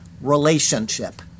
relationship